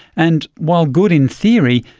and while good in theory,